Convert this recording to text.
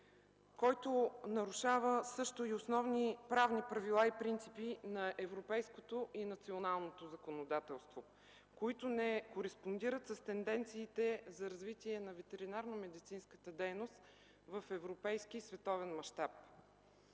който нарушава също и основни правни правила и принципи на европейското и националното законодателство, които не кореспондират с тенденциите за развитие на ветеринарномедицинската дейност в европейски и световен мащаб.